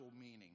meaning